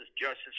Justice